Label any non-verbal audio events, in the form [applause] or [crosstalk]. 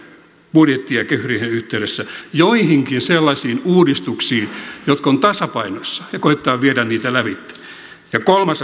budjetti ja kehysriihen yhteydessä joihinkin sellaisiin uudistuksiin jotka ovat tasapainossa ja koettaa viedä niitä läpi ja kolmas [unintelligible]